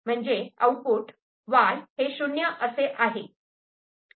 म्हणजे output Y 0 असे आहे